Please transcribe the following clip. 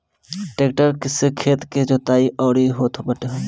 tractor से खेत के जोताई, दवरी होत हवे